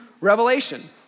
Revelation